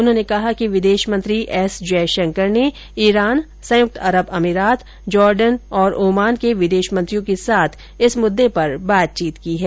उन्होंने कहा कि विदेश मंत्री एस जयशंकर ने ईरान संयुक्त अरब अमीरात जॉर्डन और ओमान के विदेश मंत्रियों के साथ इस मुद्दे पर बातचीत की है